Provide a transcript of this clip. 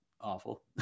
awful